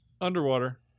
Underwater